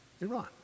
Iran